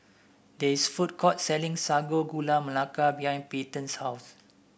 there is a food court selling Sago Gula Melaka behind Peyton's house